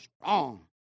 strong